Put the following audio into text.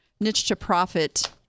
niche-to-profit